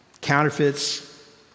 Counterfeits